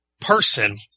person